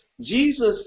Jesus